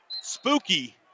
spooky